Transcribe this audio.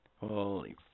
Holy